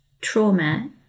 trauma